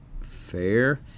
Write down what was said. fair